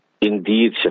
Indeed